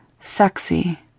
Sexy